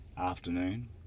afternoon